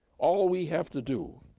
all we have to do,